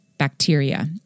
Bacteria